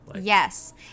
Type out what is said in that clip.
Yes